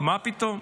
מה פתאום?